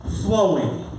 flowing